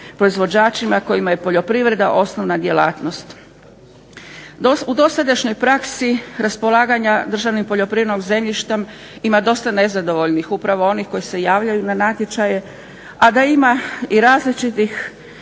proizvođačima kojima je poljoprivreda osnovna djelatnost. U dosadašnjoj praksi raspolaganja državnim poljoprivrednim zemljištem ima dosta nezadovoljnih, upravo onih koji se javljaju na natječaje, a da ima i različitih